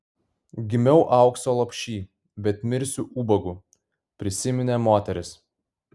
gimiau aukso lopšy bet mirsiu ubagu prisiminė moteris